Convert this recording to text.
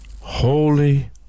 Holy